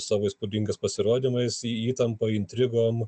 savo įspūdingais pasirodymais įtampa intrigom